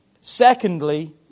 Secondly